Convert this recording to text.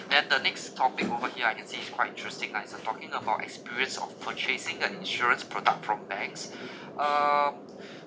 and the next topic over here I can see is quite interesting lah it's a talking about experience of purchasing an insurance product from banks um